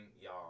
y'all